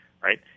right